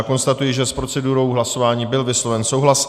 Konstatuji, že s procedurou hlasování byl vysloven souhlas.